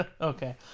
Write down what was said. Okay